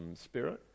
spirit